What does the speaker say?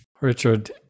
Richard